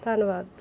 ਧੰਨਵਾਦ